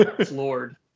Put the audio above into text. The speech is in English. floored